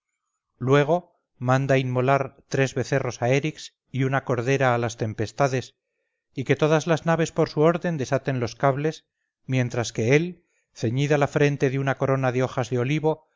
luego manda inmolar tres becerros a erix y una cordera a las tempestades y que todas las naves por su orden desaten los cables mientras que él ceñida la frente de una corona de hojas de olivo